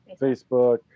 Facebook